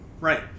Right